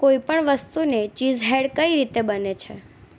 કોઈપણ વસ્તુને ચિઝહેડ કઈ રીતે બને છે